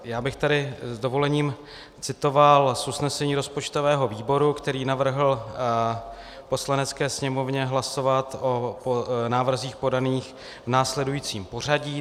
Já bych tady s dovolením citoval z usnesení rozpočtového výboru, který navrhl Poslanecké sněmovně hlasovat o návrzích podaných v následujícím pořadí.